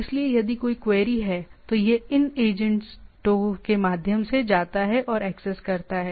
इसलिए यदि कोई क्वेरी है तो यह इन एजेंटों के माध्यम से जाता है और एक्सेस करता है